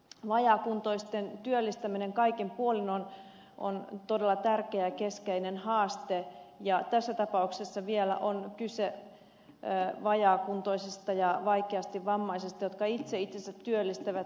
vajaakuntoisten työllistäminen kaikin puolin on todella tärkeä ja keskeinen haaste ja tässä tapauksessa vielä on kyse vajaakuntoisista ja vaikeasti vammaisista jotka itse itsensä työllistävät